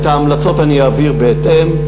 את ההמלצות אני אעביר בהתאם.